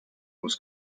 was